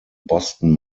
boston